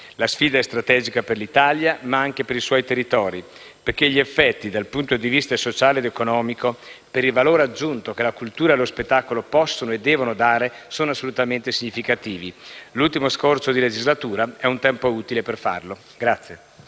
La sfida è strategica per l'Italia ma anche per i suoi territori, perché gli effetti, dal punto di vista sociale ed economico, per il valore aggiunto che la cultura e lo spettacolo possono e devono dare, sono assolutamente significativi. L'ultimo scorcio di legislatura è un tempo utile per farlo.